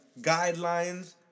guidelines